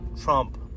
Trump